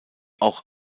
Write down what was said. auch